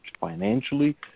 financially